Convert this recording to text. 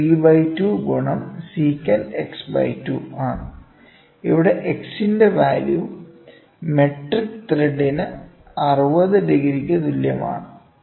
ഇത് പി 2 ഗുണം secant x by 2 ആണ് ഇവിടെ x ഇന്റെ വാല്യൂ മെട്രിക് ത്രെഡിന് 60 ഡിഗ്രിക്ക് തുല്യമാണ്